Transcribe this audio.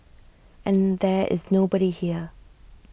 and there is nobody here